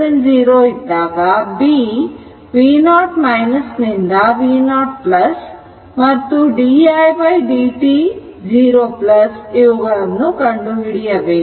t0 ಇದ್ದಾಗ B v0 ನಿಂದ v0 ಮತ್ತು didt 0 ಇವುಗಳನ್ನು ಕಂಡುಹಿಡಿಯಬೇಕು